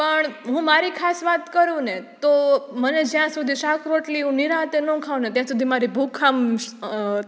પણ હું મારી ખાસ વાત કરુંને તો મને જ્યાં સુધી શાક રોટલી એવું નિરાંતે ન ખાઉંને ત્યાં સુધી મારી ભૂખ આમ